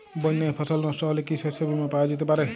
বন্যায় ফসল নস্ট হলে কি শস্য বীমা পাওয়া যেতে পারে?